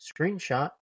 screenshot